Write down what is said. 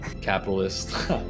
capitalist